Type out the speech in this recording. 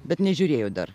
bet nežiūrėjau dabar